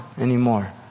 anymore